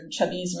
Chavismo